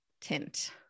tint